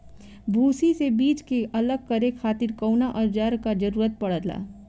भूसी से बीज के अलग करे खातिर कउना औजार क जरूरत पड़ेला?